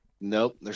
Nope